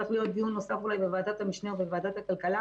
צריך להיות דיון נוסף אולי בוועדת המשנה או בוועדת הכלכלה,